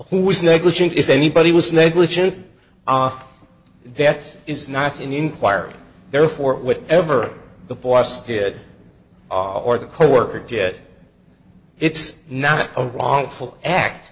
who was negligent if anybody was negligent ah that is not an inquiry therefore whatever the boss did or the coworker did it's not a wrongful act